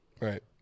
Right